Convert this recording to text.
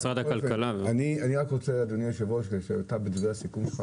אני רק רוצה, אדוני היושב-ראש, בדברי הסיכום שלך